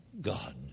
God